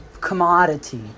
commodity